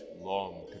long